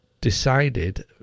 decided